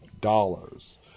dollars